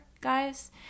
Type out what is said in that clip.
guys